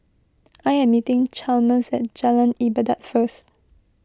I am meeting Chalmers at Jalan Ibadat first